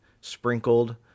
sprinkled